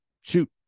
Shoot